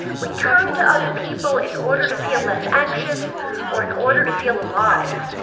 we turn to other people in order to feel less anxious or in order to feel alive.